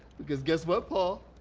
because guess what, paul.